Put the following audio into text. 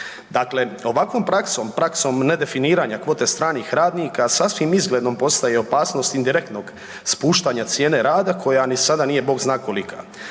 Dakle, ovakvom praksom, praksom ne definiranja kvote stranih radnika sasvim izglednom postaje opasnost indirektnog spuštanja cijene rada koja ni sada nije Bog zna kolika.